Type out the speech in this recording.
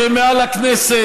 שהם מעל הכנסת,